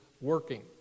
working